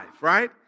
right